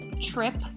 trip